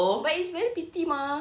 but it's very pity mah